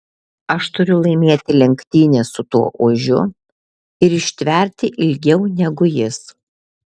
aš turiu laimėti lenktynes su tuo ožiu ir ištverti ilgiau negu jis